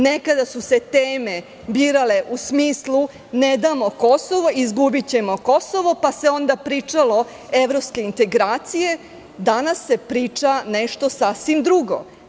Nekada su se teme birale u smislu – ne damo Kosovo, izgubićemo Kosovo, pa se onda pričalo o evropskim integracijama, a danas se priča nešto sasvim drugo.